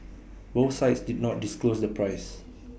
both sides did not disclose the price